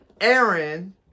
Aaron